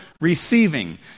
receiving